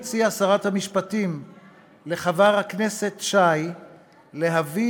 שרת המשפטים הציעה לחבר הכנסת שי להביא